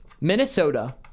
minnesota